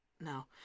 no